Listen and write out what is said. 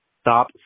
Stop